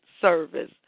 service